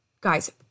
Guys